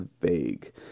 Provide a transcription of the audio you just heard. vague